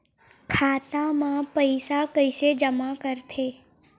खाता म पईसा कइसे जमा करथे?